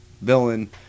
villain